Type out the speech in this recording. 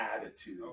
attitude